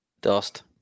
Dust